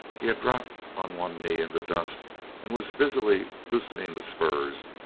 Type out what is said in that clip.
he had dropped on one knee in the dust and was busily loosening the spurs,